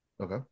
Okay